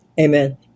Amen